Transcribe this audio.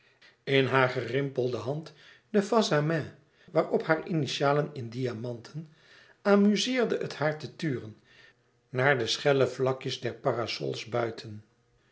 in hare gerimpelde hand de face à main waarop haar initialen in diamanten amuzeerde het haar te turen naar de schelle vlakjes der parasols buiten